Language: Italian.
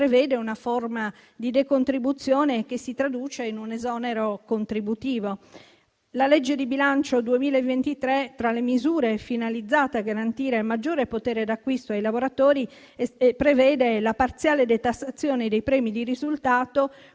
prevede una forma di decontribuzione che si traduce in un esonero contributivo. La legge di bilancio 2023, tra le misure finalizzate a garantire maggiore potere d'acquisto ai lavoratori, prevede la parziale detassazione dei premi di risultato,